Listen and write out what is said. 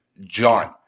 John